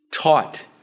taught